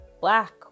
black